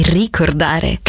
ricordare